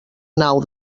nau